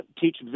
teach